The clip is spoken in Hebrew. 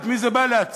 את מי זה בא להציל?